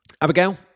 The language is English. Abigail